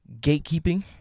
gatekeeping